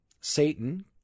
Satan